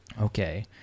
okay